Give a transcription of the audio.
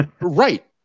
Right